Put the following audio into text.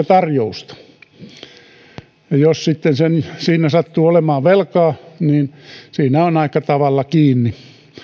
tarjouksen ja jos sitten sattuu olemaan velkaa niin siinä on aika tavalla kiinni ja